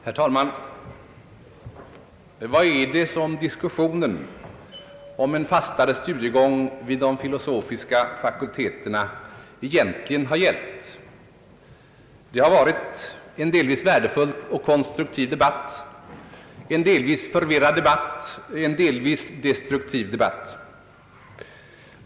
Herr talman! Vad har diskussionen om en fastare studiegång vid de filosofiska fakulteterna egentligen gällt? Debatten har varit delvis värdefull och konstruktiv, delvis förvirrad och delvis destruktiv.